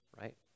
right